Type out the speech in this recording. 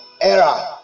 era